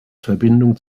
verbindung